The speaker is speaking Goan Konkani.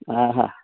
हां हां